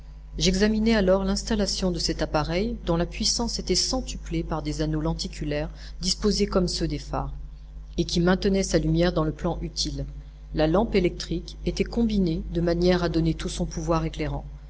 j'examinai alors l'installation de cet appareil dont la puissance était centuplée par des anneaux lenticulaires disposés comme ceux des phares et qui maintenaient sa lumière dans le plan utile la lampe électrique était combinée de manière à donner tout son pouvoir éclairant